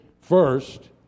first